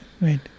right